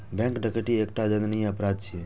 bank डकैती एकटा दंडनीय अपराध छियै